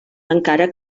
encara